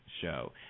Show